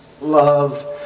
love